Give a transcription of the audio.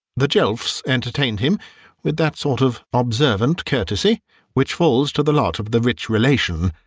the jelfs entertained him with that sort of observant courtesy which falls to the lot of the rich relation,